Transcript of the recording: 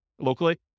Locally